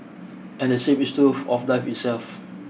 and the same is true of life itself